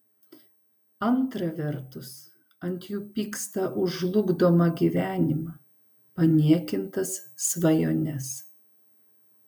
antra vertus ant jų pyksta už žlugdomą gyvenimą paniekintas svajones